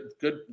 good